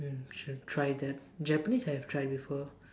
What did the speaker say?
I should try that Japanese I have tried before